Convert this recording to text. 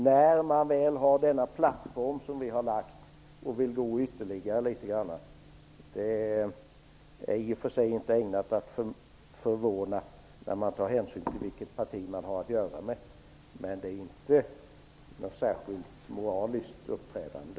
Att man i Vänsterpartiet inte håller sig för god för att i ett sent skede spela på opinionen förvånar i och för sig inte, om vi tar hänsyn till vilket parti vi har att göra med. Men det är inte något särskilt moraliskt uppträdande.